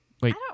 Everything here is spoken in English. Wait